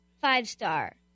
five-star